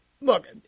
look